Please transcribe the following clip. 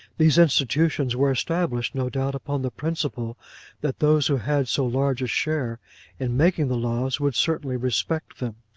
these institutions were established, no doubt, upon the principle that those who had so large a share in making the laws, would certainly respect them.